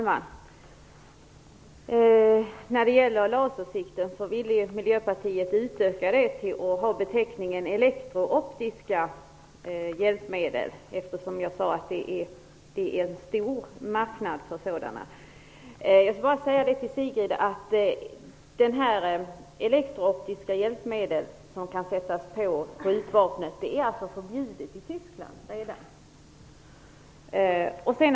Herr talman! Miljöpartiet ville utöka beteckningen för lasersikten till "elektro-optiska hjälpmedel". Det finns en stor marknad för sådana. Jag vill bara säga till Sigrid Bolkéus att elektro-optiska hjälpmedel som kan sättas på skjutvapen är förbjudna i Tyskland redan.